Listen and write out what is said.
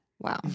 Wow